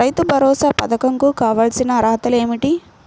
రైతు భరోసా పధకం కు కావాల్సిన అర్హతలు ఏమిటి?